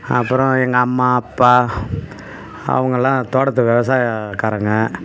அப்புறம் எங்கள் அம்மா அப்பா அவங்கள்ல்லாம் தோட்டத்து விவசாயக்காரங்கள்